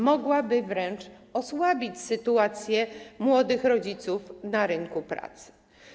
Mogłaby wręcz osłabić sytuację młodych rodziców na rynku pracy.